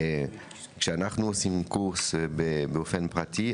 כשאנחנו עושים קורס באופן פרטי,